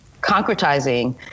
concretizing